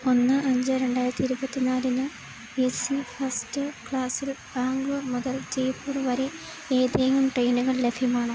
ഒന്ന് അഞ്ച് രണ്ടായിരത്തി ഇരുപത്തിനാലിന് എ സി ഫസ്റ്റ് ക്ലാസിൽ ബാംഗ്ലൂർ മുതൽ ജയ്പൂർ വരെ ഏതെങ്കിലും ട്രെയിനുകൾ ലഭ്യമാണോ